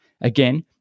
Again